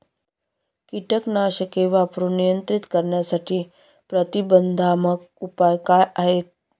कीटकनाशके वापरून नियंत्रित करण्यासाठी प्रतिबंधात्मक उपाय काय आहेत?